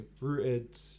rooted